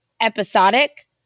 episodic